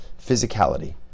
physicality